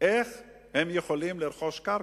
איך הם יכולים לרכוש קרקע?